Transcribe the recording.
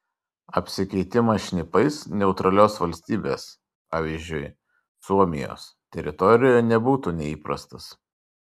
apsikeitimas šnipais neutralios valstybės pavyzdžiui suomijos teritorijoje nebūtų neįprastas